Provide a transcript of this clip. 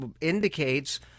indicates